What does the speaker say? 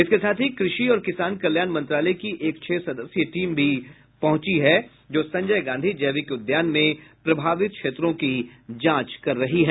इसके साथ ही कृषि और किसान कल्याण मंत्रालय की एक छह सदस्यीय टीम भी पहुंची है जो संजय गांधी जैविक उद्यान में प्रभावित क्षेत्रों की जांच कर रही है